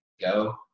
go